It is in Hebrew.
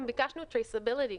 גם ביקשנו traceability,